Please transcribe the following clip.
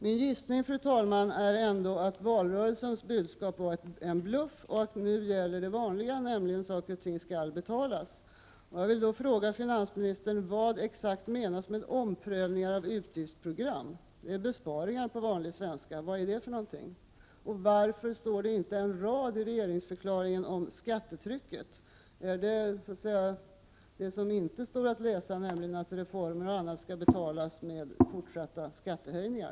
Min gissning, fru talman, är ändå att valrörelsens budskap var en bluff, och att det vanliga nu gäller, nämligen att saker och ting skall betalas. Jag vill fråga finansministern vad som exakt menas med omprövningar av utgiftsprogram — det är besparingar på vanlig svenska. Vad är det för någonting, och varför står det inte en rad i regeringsförklaringen om skattetrycket? Är sanningen det som så att säga inte står att läsa, nämligen att reformer och annat skall betalas med fortsatta skattehöjningar?